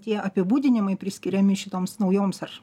tie apibūdinimai priskiriami šitoms naujoms ar